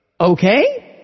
Okay